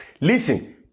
Listen